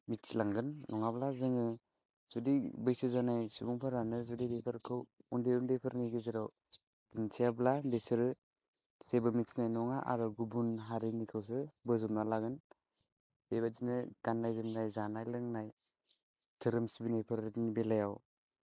मिथिलांगोन नङाब्ला जोङो जुदि बैसो जानाय सुबुंफोरानो जुदि बेफोरखौ उन्दै उन्दैफोरनि गेजेराव दिन्थियाब्ला बिसोर जेबो मिथिनाय नङा आरो गुबुन हारिनिखौसो बोजबना लागोन बे बायदिनो गान्नाय जोमनाय जाना लोंनाय धोरोम सिबिनायफोरनि बेलायाव